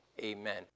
Amen